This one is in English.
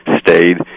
stayed